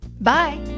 bye